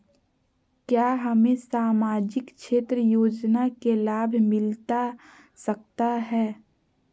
क्या हमें सामाजिक क्षेत्र योजना के लाभ मिलता सकता है?